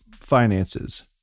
finances